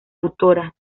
autora